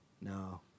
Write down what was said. No